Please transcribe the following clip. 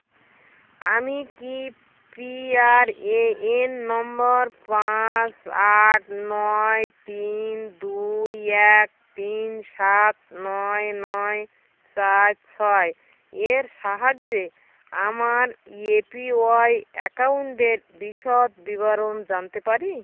আমি কি P R A N নম্বর পাঁচ আট নয় তিন দুই এক তিন সাত নয় নয় চার ছয় এর সাহায্যে আমার এ পি ওয়াই আকাউন্টের বিশদ বিবরণ জানতে পারি